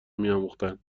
میآموختند